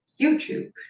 YouTube